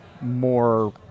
more